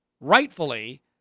rightfully